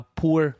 poor